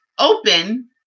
Open